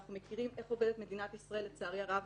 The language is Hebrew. אנחנו מכירים איך עובדת מדינת ישראל לצערי הרב